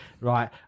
right